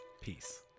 Peace